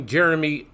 Jeremy